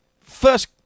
First